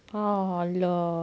!alah!